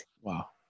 Wow